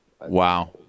Wow